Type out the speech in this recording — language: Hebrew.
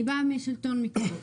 אני באה מהשלטון המקומי,